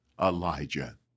Elijah